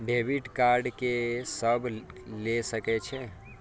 Debit card के सब ले सके छै?